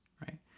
right